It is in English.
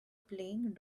playing